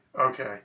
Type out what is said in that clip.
Okay